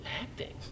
acting